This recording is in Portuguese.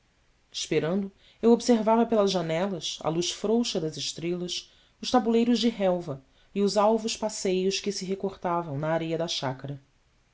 visita esperando eu observava pelas janelas à luz frouxa das estrelas os tabuleiros de relva e os alvos passeios que se recortavam na areia da chácara